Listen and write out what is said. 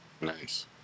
Nice